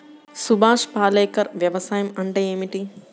సుభాష్ పాలేకర్ వ్యవసాయం అంటే ఏమిటీ?